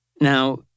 Now